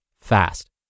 fast